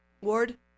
Ward